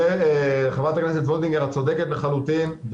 חברת הכנסת וולדיגר את צודקת לחלוטין.